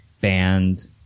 banned